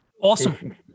Awesome